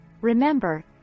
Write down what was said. remember